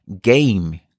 game